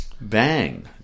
bang